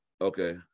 Okay